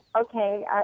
Okay